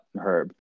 Herb